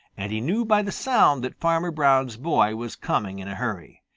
and he knew by the sound that farmer brown's boy was coming in a hurry.